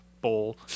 bowl